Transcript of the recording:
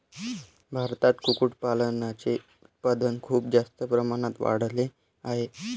भारतात कुक्कुटपालनाचे उत्पादन खूप जास्त प्रमाणात वाढले आहे